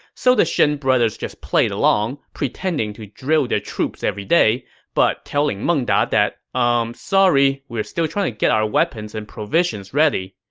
so the shen brothers just played along, pretending to drill their troops every day but telling meng da that, umm, sorry, we are still trying to get our weapons and provisions ready.